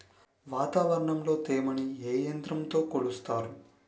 వాతావరణంలో తేమని ఏ యంత్రంతో కొలుస్తారు?